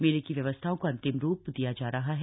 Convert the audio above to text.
मेले की व्यवस्थाओं को अंतिम रूप दिया जा रहा है